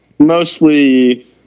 Mostly